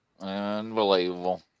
Unbelievable